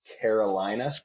Carolina